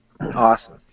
Awesome